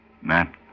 Matt